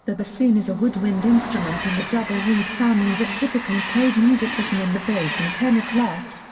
the bassoon is a woodwind instrument in the double reed family that typically plays music written in the bass and tenor clefs,